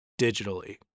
digitally